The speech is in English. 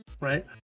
right